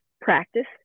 practice